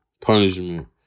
punishment